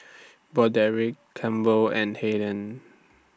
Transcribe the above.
Broderick Campbell and Hayden